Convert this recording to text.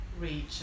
reach